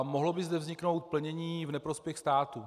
Mohlo by zde vzniknout plnění v neprospěch státu.